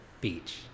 Beach